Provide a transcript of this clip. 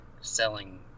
selling